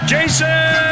Jason